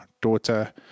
daughter